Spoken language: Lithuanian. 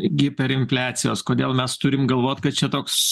giperimfliacijos kodėl mes turim galvot kad čia toks